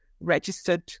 registered